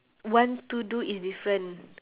want to do is different